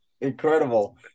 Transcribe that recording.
Incredible